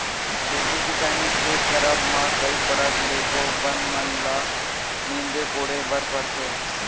खेती किसानी के करब म कई परत ले तो बन मन ल नींदे कोड़े बर परथे